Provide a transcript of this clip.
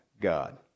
God